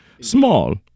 small